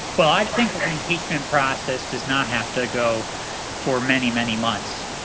well i think that the impeachment process does not have to go for many many months.